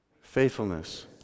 faithfulness